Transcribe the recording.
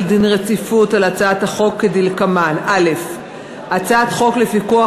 דין רציפות על הצעות חוק כדלקמן: הצעת חוק לפיקוח